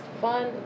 fun